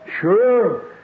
Sure